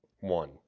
One